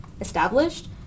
established